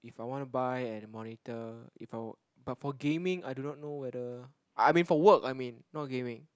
if I want a buy an monitor if I were but for gaming I do not know whether I mean for work I mean not gaming